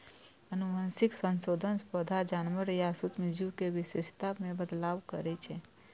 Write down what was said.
आनुवंशिक संशोधन पौधा, जानवर या सूक्ष्म जीव के विशेषता मे बदलाव करै छै